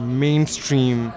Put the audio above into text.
mainstream